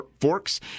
Forks